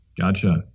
Gotcha